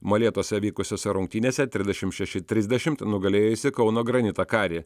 molėtuose vykusiose rungtynėse trisdešimt šeši trisdešimt nugalėjusi kauno granitą karį